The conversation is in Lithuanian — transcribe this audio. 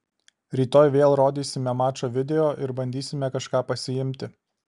rytoj vėl rodysime mačo video ir bandysime kažką pasiimti